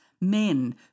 men